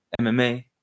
MMA